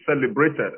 celebrated